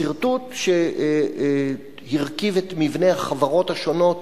הסרטוט שהרכיב את מבנה החברות השונות